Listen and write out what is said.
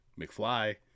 McFly